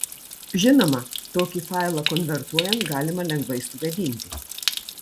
žinoma tokį failą konvertuojant galima lengvai sugadinti